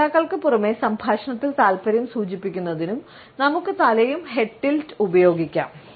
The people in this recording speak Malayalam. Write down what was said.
ശ്രോതാക്കൾക്ക് പുറമെ സംഭാഷണത്തിൽ താൽപ്പര്യം സൂചിപ്പിക്കുന്നതിനും നമുക്ക് തലയും ഹെഡ് ടിൽറ്റ് ഉപയോഗിക്കാം